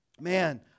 man